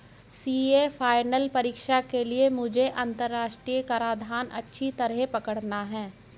CA final परीक्षा के लिए मुझे अंतरराष्ट्रीय कराधान अच्छी तरह पड़ना है